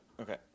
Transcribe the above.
Okay